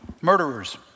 murderers